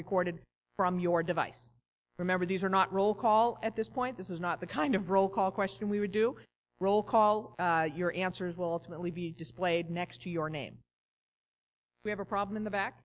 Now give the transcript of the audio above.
recorded from your device remember these are not roll call at this point this is not the kind of roll call question we would do roll call your answers will ultimately be displayed next to your name we have a problem in the back